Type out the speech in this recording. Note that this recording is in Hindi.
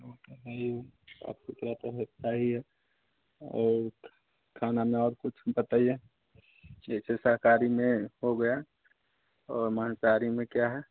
वह तो है ही साफ़ सुथरा तो होता ही है और खाने में और कुछ बताइए ठीक है शाकाहारी में हो गया और मांसाहारी में क्या है